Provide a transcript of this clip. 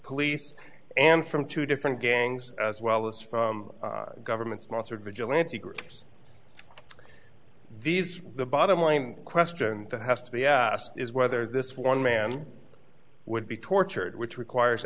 police and from two different gangs as well as from government sponsored vigilante groups these the bottom line question that has to be asked is whether this one man would be tortured which requires